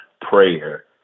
prayer